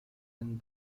and